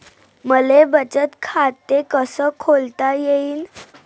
मले बचत खाते कसं खोलता येईन?